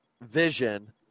Vision